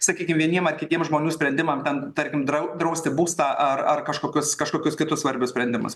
sakykim vieniem ar kities žmonių sprendimam tarkim drau drausti būstą ar ar kažkokius kažkokius kitus svarbius sprendimus